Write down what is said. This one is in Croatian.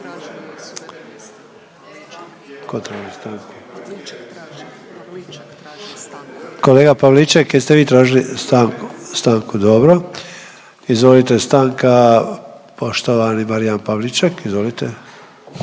kolega Pavliček jeste vi tražili stanku? Dobro. Izvolite stanka poštovani Marijan Pavliček, izvolite.